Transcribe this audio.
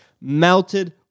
melted